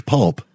Pulp